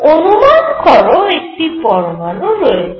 অনুমান করো একটি পরমাণু রয়েছে